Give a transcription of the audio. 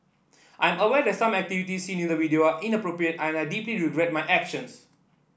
I'm aware that some activities seen in the video inappropriate and I deeply regret my actions